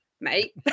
mate